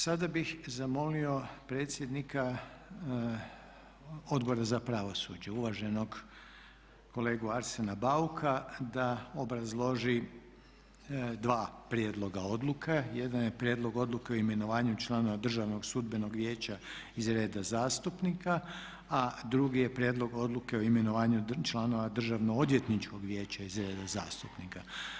Sada bih zamolio predsjednika Odbora za pravosuđe uvaženog kolegu Arsena Bauka da obrazloži dva prijedloga odluke, jedan je prijedlog Odluke o imenovanju članova Državnog sudbenog vijeća iz reda zastupnika, a drugi je prijedlog Odluke o imenovanju članova Državnog odvjetničkog vijeća iz reda zastupnika.